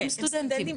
כן, הם סטודנטים.